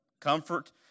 comfort